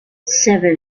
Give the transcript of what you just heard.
seven